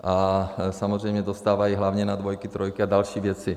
A samozřejmě dostávají hlavně na dvojky, trojky a další věci.